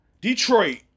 Detroit